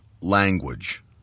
language